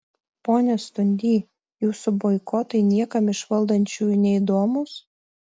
pone stundy jūsų boikotai niekam iš valdančiųjų neįdomūs